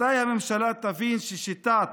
מתי הממשלה תבין ששיטת